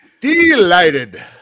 Delighted